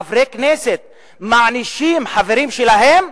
חברי כנסת, מענישים חברים שלהם,